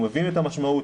הוא מבין את המשמעות,